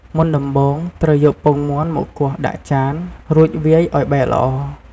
មុនដំបូងត្រូវយកពងមាន់មកគោះដាក់ចាន រួចវាយវាឱ្យបែកល្អ។